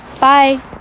Bye